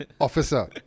officer